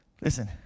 listen